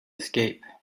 escape